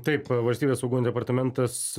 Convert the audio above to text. taip valstybės saugumo departamentas